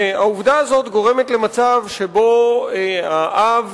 והעובדה הזאת גורמת למצב שבו האב